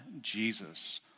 Jesus